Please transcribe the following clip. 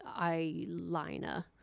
eyeliner